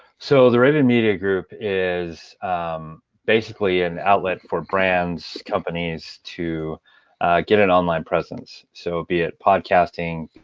so the raven media group is basically an outlet for brands, companies to get an online presence. so be it podcasting,